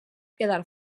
quedar